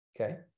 okay